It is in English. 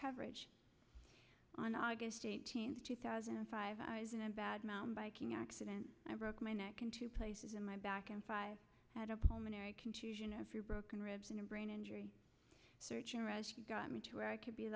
coverage on aug eighteenth two thousand and five i was in a bad mountain biking accident i broke my neck in two places in my back and five had a pulmonary contusion a few broken ribs and a brain injury search and rescue got me to where i could be